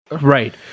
Right